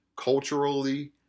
Culturally